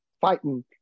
fighting